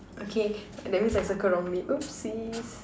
okay that means I circle wrongly oopsies